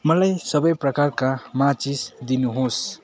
मलाई सबै प्रकारका माचिस दिनु होस्